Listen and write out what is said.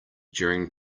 during